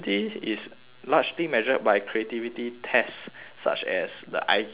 largely measured by creativity test such as the I_Q test